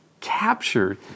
captured